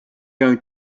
going